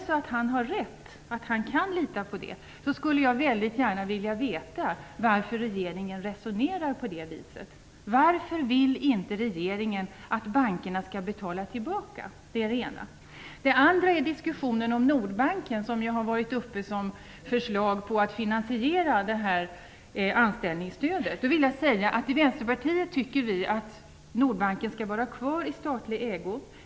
Om han har rätt i att han kan lita på det skulle jag gärna vilja veta varför regeringen resonerar på det viset. Varför vill inte regeringen att bankerna skall betala tillbaka? Det är den ena frågan. Den andra handlar om Nordbanken. Det har ju funnits förslag om att via åtgärder som gäller Nordbanken finansiera det här anställningsstödet. Jag vill säga att Vänsterpartiet tycker att Nordbanken skall vara kvar i statlig ägo.